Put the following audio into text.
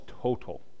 total